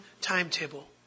timetable